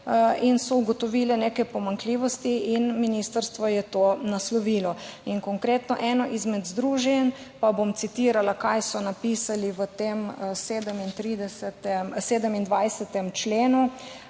in so ugotovile neke pomanjkljivosti, in ministrstvo je to naslovilo. Konkretno eno izmed združenj, bom citirala, kaj so napisali v tem 27. členu,